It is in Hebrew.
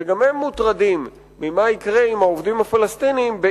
וגם הם מוטרדים ממה שיקרה עם העובדים הפלסטינים אם